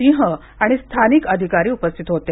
सिंह आणि स्थानिक अधिकारी उपस्थित होते